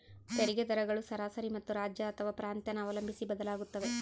ತೆರಿಗೆ ದರಗಳು ಸರಾಸರಿ ಮತ್ತು ರಾಜ್ಯ ಅಥವಾ ಪ್ರಾಂತ್ಯನ ಅವಲಂಬಿಸಿ ಬದಲಾಗುತ್ತವೆ